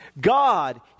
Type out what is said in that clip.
God